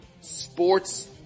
sports